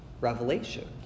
revelation